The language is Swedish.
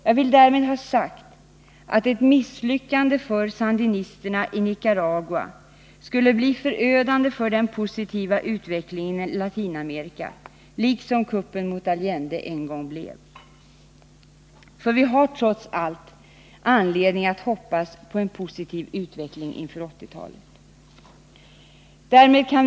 Jag vill därmed ha sagt att ett misslyckande för sandinisterna i Nicaragua skulle bli förödande för den positiva utvecklingen i Latinamerika, liksom kuppen mot Allende en gång blev. Vi har nämligen trots allt anledning att hoppas på en positiv utveckling inför 1980-talet.